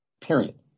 Period